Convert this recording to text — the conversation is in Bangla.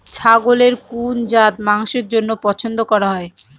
ছাগলের কোন জাত মাংসের জন্য পছন্দ করা হয়?